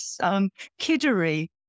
kiddery